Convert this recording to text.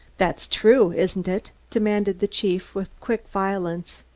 that's true, isn't it? demanded the chief, with quick violence.